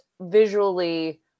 visually